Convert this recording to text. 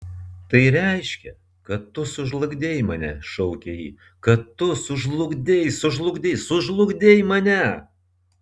tai reiškia kad tu sužlugdei mane šaukė ji kad tu sužlugdei sužlugdei sužlugdei mane